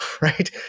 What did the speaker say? right